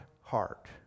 heart